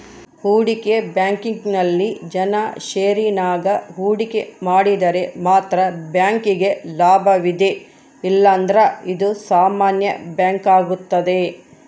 ಹೂಡಿಕೆ ಬ್ಯಾಂಕಿಂಗ್ನಲ್ಲಿ ಜನ ಷೇರಿನಾಗ ಹೂಡಿಕೆ ಮಾಡಿದರೆ ಮಾತ್ರ ಬ್ಯಾಂಕಿಗೆ ಲಾಭವಿದೆ ಇಲ್ಲಂದ್ರ ಇದು ಸಾಮಾನ್ಯ ಬ್ಯಾಂಕಾಗುತ್ತದೆ